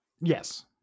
Yes